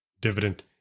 dividend